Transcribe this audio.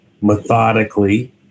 methodically